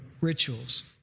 rituals